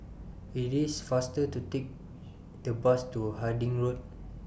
IT IS faster to Take The Bus to Harding Road